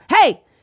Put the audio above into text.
hey